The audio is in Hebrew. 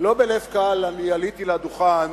לא בלב קל אני עליתי לדוכן